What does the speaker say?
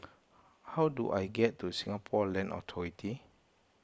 how do I get to Singapore Land Authority